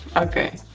okay,